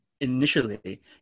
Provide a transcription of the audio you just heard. initially